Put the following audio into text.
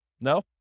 No